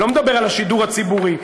אני לא מדבר על השידור הציבורי.